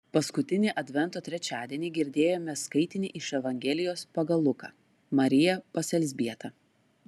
paskutinį advento trečiadienį girdėjome skaitinį iš evangelijos pagal luką marija pas elzbietą